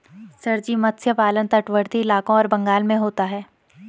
sir ji मत्स्य पालन तटवर्ती इलाकों और बंगाल में होता है